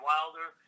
Wilder